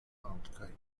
آمریکایی